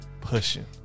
pushing